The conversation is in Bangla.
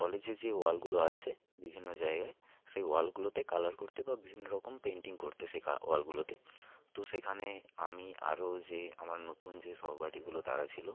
কলেজে যে ওয়ালগুলো আছে বিভিন্ন জায়গায় সেই ওয়ালগুলোতে কালার করতে বা বিভিন্ন রকম পেন্টিং করতে শেখা ওয়ালগুলোতে তো সেখানে আমি আরও যে আমার নতুন যে সহপাঠীগুলো তারা ছিল